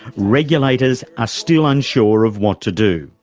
regulators are still unsure of what to do.